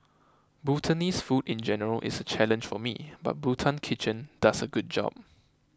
Bhutanese food in general is a challenge for me but Bhutan Kitchen does a good job